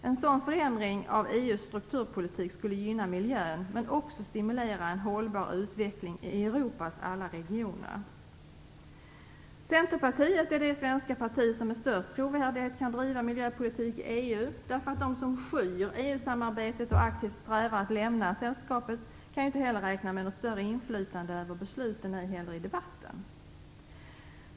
En sådan förändring av EU:s strukturpolitik skulle gynna miljön men också stimulera en hållbar utveckling i Europas alla regioner. Centerpartiet är det svenska parti som med störst trovärdighet kan driva miljöpolitik i EU. Den som skyr EU-samarbetet och aktivt strävar att lämna sällskapet kan inte heller räkna med att få något inflytande över besluten eller i debatten.